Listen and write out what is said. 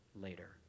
later